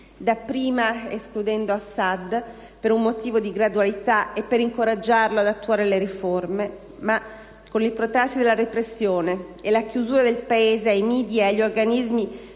dapprima escludendo Assad, per un motivo di gradualità e per incoraggiarlo ad attuare le riforme, ma, con il protrarsi della repressione e la chiusura del Paese ai *media* e agli organismi